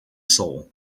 soul